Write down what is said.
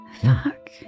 Fuck